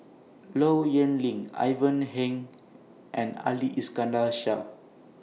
Low Yen Ling Ivan Heng and Ali Iskandar Shah